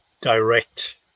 direct